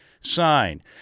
sign